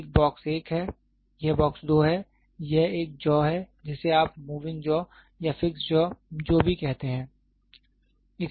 तो यह एक बॉक्स 1 है यह बॉक्स 2 है और यह एक जॉ है जिसे आप मूविंग जॉ या फिक्सड जॉ जो भी कहते हैं